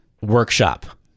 workshop